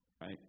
Right